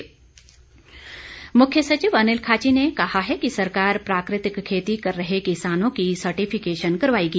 मुख्य सचिव मुख्य सचिव अनिल खाची ने कहा है कि सरकार प्राकृतिक खेती कर रहे किसानों की सर्टिफिकेशन करवाएगी